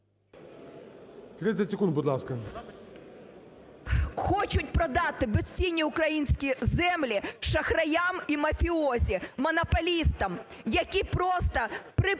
Хочуть продати безцінні українські землі шахраям і мафіозі, монополістам, які просто припинять